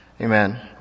Amen